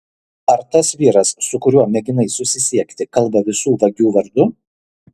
ar tas vyras su kuriuo mėginai susisiekti kalba visų vagių vardu